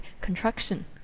contraction